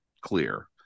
clear